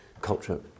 culture